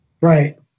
right